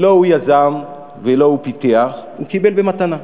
לא הוא יזם ולא הוא פיתח, הוא קיבל במתנה.